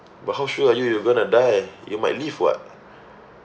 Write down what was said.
but how sure are you you're gonna die you might live [what]